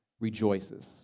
rejoices